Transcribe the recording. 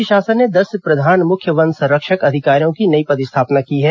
राज्य शासन ने दस प्रधान मुख्य वन संरक्षक अधिकारियों की नई पदस्थापना की है